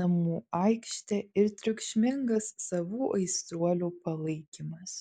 namų aikštė ir triukšmingas savų aistruolių palaikymas